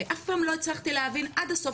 ואף פעם לא הצלחתי להבין עד הסוף,